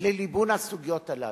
לליבון הסוגיות הללו.